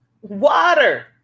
Water